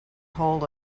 hold